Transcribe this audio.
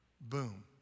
boom